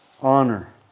Honor